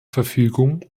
verfügung